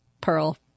pearl